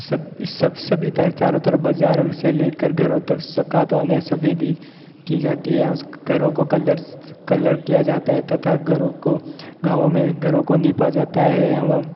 सब सब सभी तर चारों तरफ बाजारों से लेकर घरों तक सकातों ने सफेदी की जाती है एव घरों को कलर्स कलर किया जाता है तथा घरों को गांव में घरों को निपा जाता है एवं